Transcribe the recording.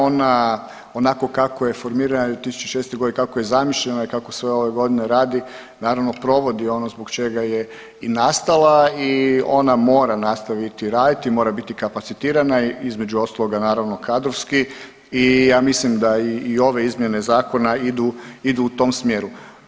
Ona onako kako je formirana 2006.g., kako je zamišljena i kako sve ove godine radi naravno provodi ono zbog čega je nastala i ona mora nastaviti raditi i mora biti kapacitirana, između ostaloga naravno kadrovski i ja mislim da i ove izmjene zakona idu, idu u tom smjeru.